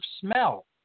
smell